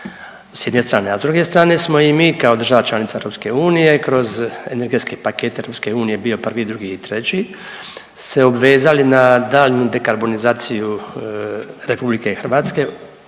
s jedne strane, a s druge strane smo i mi kao država članica EU kroz energetski pakt EU bio prvi, drugi i treći se obvezali na daljnju dekarbonizaciju RH sukladno